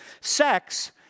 sex